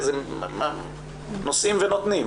נושאים ונותנים.